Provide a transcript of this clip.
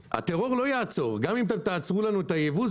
הטרור לא יעצור גם אם אתם תעצרו לנו את הייבוא,